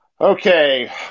okay